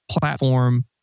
platform